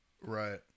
Right